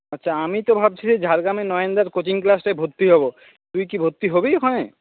আচ্ছা আমি তো ভাবছি ঝাড়গ্রামে নয়নদার কোচিং ক্লাসে ভর্তি হবো তুই কি ভর্তি হবি ওখানে